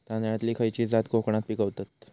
तांदलतली खयची जात कोकणात पिकवतत?